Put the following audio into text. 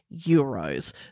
euros